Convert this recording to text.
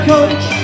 Coach